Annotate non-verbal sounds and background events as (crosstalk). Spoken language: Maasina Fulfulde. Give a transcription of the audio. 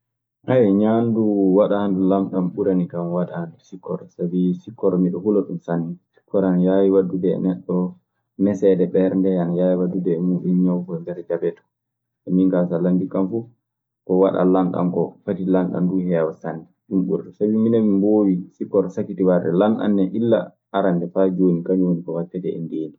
(hesitation) ñaandu waɗaa ndu lanɗan ɓuranikan waɗaa nɗu sikkoro sabi sukkaro mi ɗe hula ɗun sanne. Sikkoro ana yaawi waddude e neɗɗo messede ɓernde, ana yaawi waddude e muuɗun ñaw ko ɓe mbiyata jabeti koo. Min kaa so a landike kan fuu, ko waɗaa lanɗan koo, fati lanɗan duu heewa sanne. Ɗun ɓuri, sabi minen min mboowi sikkoro ko sakkitii warde koo Lanɗan ne, illa arande faa jooni kañun woni ko waɗtetee ley-